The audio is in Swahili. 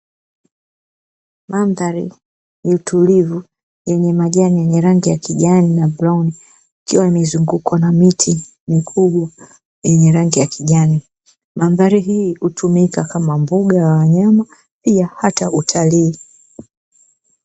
Mandhari ni tulivu yenye majani ya rangi ya kijani na brauni ikiwa imezungukwa na miti mikubwa yenye rangi ya kijani . Mandhari hii hutumika kama mbuga ya wanyama pia hata utalii.